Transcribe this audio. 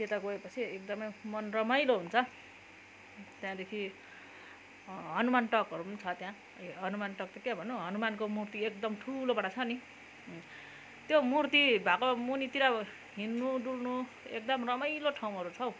त्यता गएपछि मन एकदमै रमाइलो हुन्छ त्यहाँदेखि हनुमान टकहरू पनि छ त्यहाँ हनुमान टक त के भन्नु हनुमानको मूर्ति एकदम ठुलो बडा छ नि त्यो मूर्ति भएको मुनीतिर हिँड्नु डुल्नु एकदम रमाइलो ठाउँहरू छ हौ